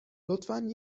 لطفا